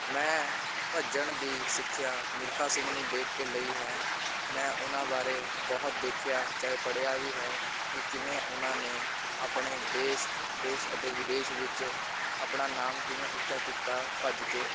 ਮੈਂ ਭੱਜਣ ਦੀ ਸਿੱਖਿਆ ਮਿਲਖਾ ਸਿੰਘ ਨੂੰ ਦੇਖ ਕੇ ਲਈ ਹੈ ਮੈਂ ਉਹਨਾਂ ਬਾਰੇ ਬਹੁਤ ਦੇਖਿਆ ਚਾਹੇ ਪੜ੍ਹਿਆ ਵੀ ਹੈ ਕਿ ਕਿਵੇਂ ਉਹਨਾਂ ਨੇ ਆਪਣੇ ਦੇਸ਼ ਦੇਸ਼ ਅਤੇ ਵਿਦੇਸ਼ ਵਿੱਚ ਆਪਣਾ ਨਾਮ ਕਿਵੇਂ ਉੱਚਾ ਕੀਤਾ ਭੱਜ ਕੇ